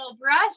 brush